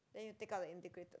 then you take out the integrated